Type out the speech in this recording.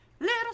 little